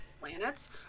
Planets